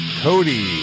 Cody